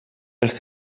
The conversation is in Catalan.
els